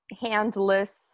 handless